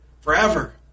forever